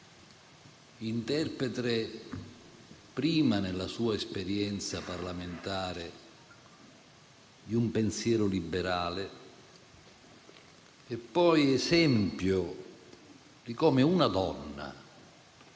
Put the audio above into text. interprete prima, nella sua esperienza parlamentare, di un pensiero liberale e poi esempio di come una donna